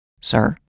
Sir